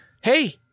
hey